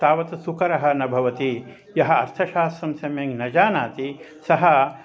तावत् सुकरः न भवति यः अर्थशास्त्रं सम्यक् न जानाति सः